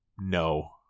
No